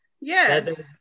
Yes